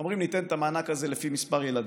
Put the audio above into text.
אומרים: ניתן את המענק הזה לפי מספר ילדים.